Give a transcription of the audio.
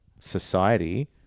Society